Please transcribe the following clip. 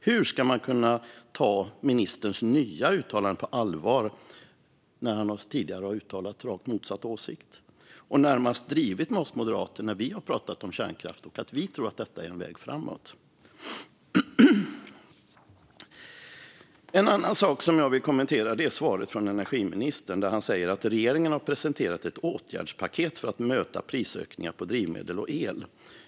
Hur ska man kunna ta ministerns nya uttalande på allvar, när han tidigare har uttalat rakt motsatt åsikt och närmast drivit med oss moderater när vi har pratat om kärnkraften och att vi tror att den är en väg framåt? En annan sak som jag vill kommentera är att energiministern i interpellationssvaret säger att "regeringen presenterat åtgärdspaket för att möta prisökningar på drivmedel och el".